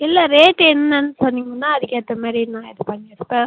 இல்லை ரேட்டு என்னென்னு சொன்னீங்கன்னா அதுக்கேற்ற மாரி நான் பண்ணிருப்பன்